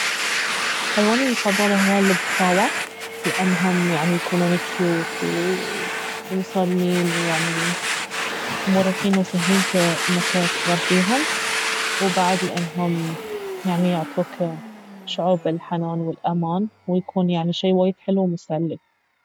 حيواني المفضل اهوا القطاوة لانهم يعني يكونون كيوت ومسالمين ومريحين وسهلين انك تربيهم وبعد لانهم يعني يعطوك شعور بالحنان والأمان ويكون يعني شي وايد حلو ومسلي